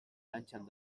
plantxan